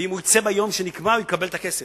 ואם הוא יצא ביום שנקבע הוא יקבל את הכסף.